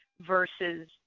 versus